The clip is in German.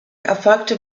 erfolgte